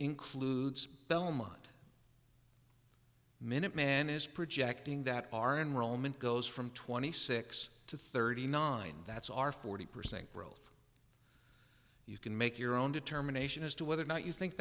includes belmont minuteman is projecting that our enrollment goes from twenty six to thirty nine that's our forty percent growth you can make your own determination as to whether or not you think